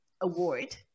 award